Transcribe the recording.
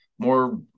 More